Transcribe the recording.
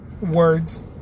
words